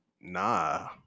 nah